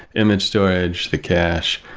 image storage, the cache,